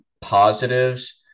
positives